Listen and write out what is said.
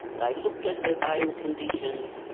they looked at her bail conditions,